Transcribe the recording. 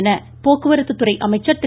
என போக்குவரத்து துறை அமைச்சர் திரு